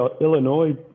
Illinois